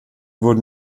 wurden